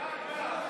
נגד יעקב מרגי,